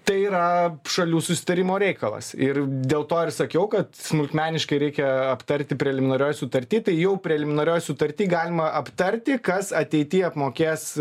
tai yra šalių susitarimo reikalas ir dėl to ir sakiau kad smulkmeniškai reikia aptarti preliminarioj sutarty tai jau preliminarioj sutarty galima aptarti kas ateity apmokės